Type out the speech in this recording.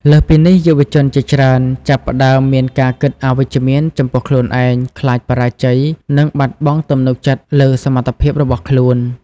លើសពីនេះ យុវជនជាច្រើនចាប់ផ្ដើមមានការគិតអវិជ្ជមានចំពោះខ្លួនឯង ខ្លាចបរាជ័យ និងបាត់បង់ទំនុកចិត្តលើសមត្ថភាពរបស់ខ្លួន។